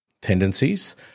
tendencies